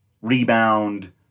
rebound